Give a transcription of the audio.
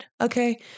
Okay